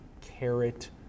carrot